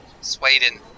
Sweden